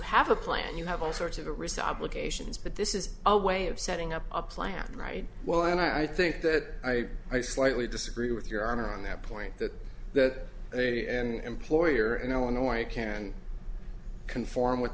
have a plan you have all sorts of a result locations but this is a way of setting up a plan right well and i think that i i slightly disagree with your honor on that point that that day and employer in illinois can conform with